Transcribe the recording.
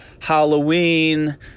Halloween